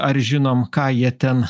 ar žinom ką jie ten